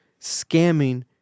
scamming